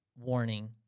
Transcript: Warning